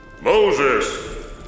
Moses